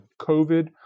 COVID